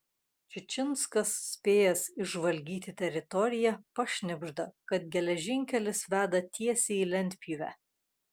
čičinskas spėjęs išžvalgyti teritoriją pašnibžda kad geležinkelis veda tiesiai į lentpjūvę